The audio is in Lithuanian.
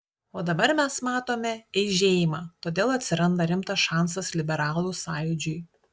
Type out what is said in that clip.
o dabar mes matome eižėjimą todėl atsiranda rimtas šansas liberalų sąjūdžiui